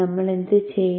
നമ്മൾ എന്ത് ചെയ്യും